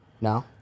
No